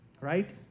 right